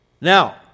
Now